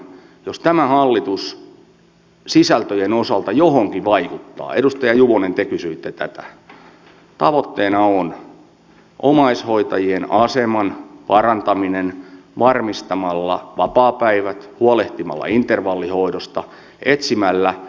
jos tämä hallitus sisältöjen osalta johonkin vaikuttaa edustaja juvonen te kysyitte tätä niin tavoitteena on omaishoitajien aseman parantaminen varmistamalla vapaapäivät huolehtimalla intervallihoidosta etsimällä